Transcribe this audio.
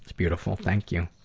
beautiful. thank you.